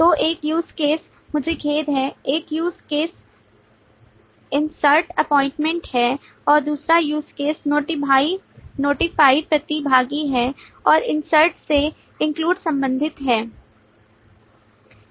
तो एक Use Case मुझे खेद है एक Use Case इनसर्ट अपॉइंटमेंट है दूसरा Use Case Notify प्रतिभागी है और इन्सर्ट से include सम्बंधित है